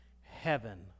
Heaven